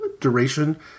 duration